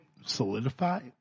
solidify